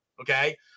Okay